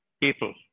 people